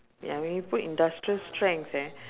ya when you put industrial strength eh